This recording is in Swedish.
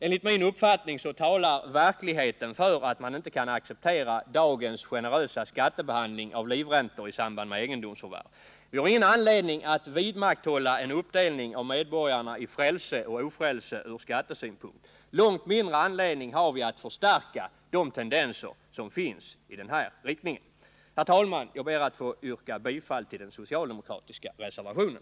Enligt min uppfattning talar verkligheten för att man inte kan acceptera dagens generösa skattebehandling av livräntor i samband med egendomsförvärv. Vi har ingen anledning att vidmakthålla en uppdelning av medborgarna i frälse och ofrälse ur skattesynpunkt. Långt mindre anledning har vi att förstärka de tendenser som finns i den här riktningen. Herr talman! Jag ber att få yrka bifall till den socialdemokratiska reservationen.